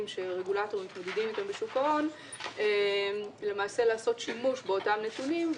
שרגולטורים מתמודדים איתם בשוק ההון למעשה לעשות שימוש באותם נתונים.